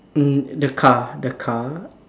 mm the car the car